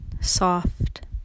Soft